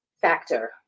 factor